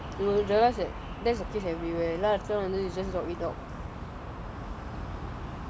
நான் நெனச்சன்:naan nenachan the moment you start working you'll realise that's the case everywhere எல்லா எடத்துலயும் வந்து:ella edathulayum vanthu dogs eat dogs